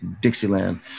Dixieland